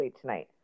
tonight